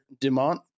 Dumont